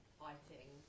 fighting